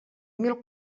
mil